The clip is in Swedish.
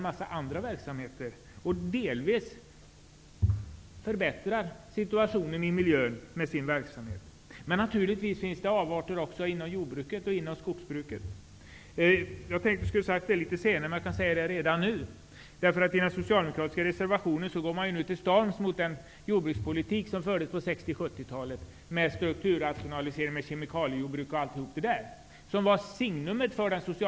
Å andra sidan förbättras miljösituationen delvis genom jordbrukets verksamhet. Men naturligtvis finns det avarter också inom jordbruket och skogsbruket. I den socialdemokratiska reservationen går man nu till storms mot den socialdemokratiska jordbrukspolitik som fördes på 60 och 70-talen, vars signum var strukturrationaliseringar, kemikaliejordbruk osv.